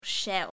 shell